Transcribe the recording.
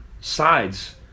sides